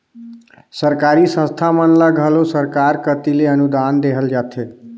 सरकारी संस्था मन ल घलो सरकार कती ले अनुदान देहल जाथे